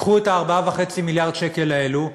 קחו את 4.5 מיליארד השקל האלה,